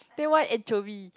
then why anchovies